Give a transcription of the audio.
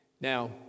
Now